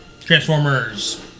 Transformers